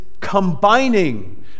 combining